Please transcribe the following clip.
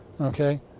Okay